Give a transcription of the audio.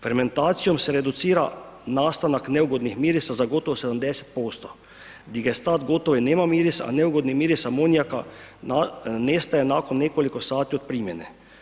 Fermentacijom se reducira nastanak neugodnih mirisa za gotovo 70%, Digestat gotovo i nema mirisa a neugodni miris amonijaka nestaje nakon nekoliko sati od primjene.